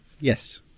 Yes